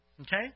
okay